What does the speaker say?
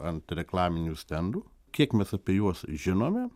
ant reklaminių stendų kiek mes apie juos žinome